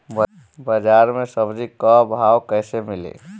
बाजार मे सब्जी क भाव कैसे मिली?